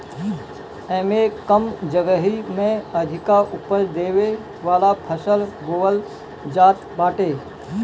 एमे कम जगही में अधिका उपज देवे वाला फसल बोअल जात बाटे